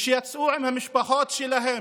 יצאו עם המשפחות שלהם,